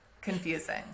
confusing